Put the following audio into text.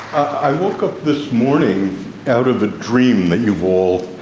i woke up this morning out of a dream that you've all